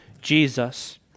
Jesus